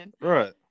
right